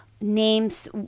names